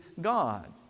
God